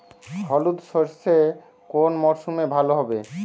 হলুদ সর্ষে কোন মরশুমে ভালো হবে?